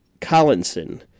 Collinson